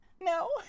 No